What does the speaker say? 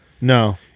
No